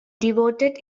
devoted